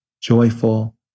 joyful